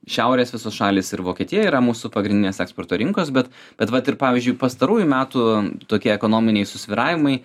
šiaurės visos šalys ir vokietija yra mūsų pagrindinės eksporto rinkos bet bet vat ir pavyzdžiui pastarųjų metų tokie ekonominiai susvyravimai